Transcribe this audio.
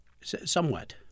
Somewhat